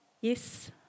Yes